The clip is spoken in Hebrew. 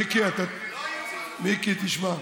מיקי, תשמע.